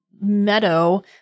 meadow